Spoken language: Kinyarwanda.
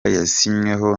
yasinyweho